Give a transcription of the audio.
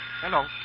Hello